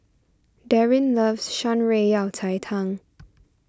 Darryn loves Shan Rui Yao Cai Tang